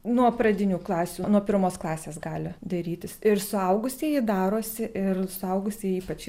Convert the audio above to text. nuo pradinių klasių nuo pirmos klasės gali darytis ir suaugusieji darosi ir suaugusieji ypač